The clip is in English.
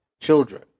children